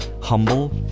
humble